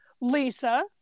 Lisa